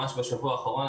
ממש בשבוע האחרון,